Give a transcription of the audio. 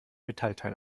metallteil